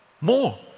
More